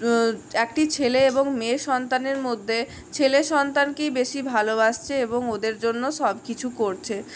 একটি ছেলে এবং মেয়ে সন্তানের মধ্যে ছেলে সন্তানকেই বেশি ভালোবাসছে এবং ওদের জন্য সবকিছু করছে